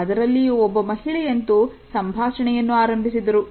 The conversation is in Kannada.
ಅದರಲ್ಲಿಯೂ ಒಬ್ಬ ಮಹಿಳೆಯಂತೂ ಸಂಭಾಷಣೆಯನ್ನು ಆರಂಭಿಸಿದರು